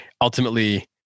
ultimately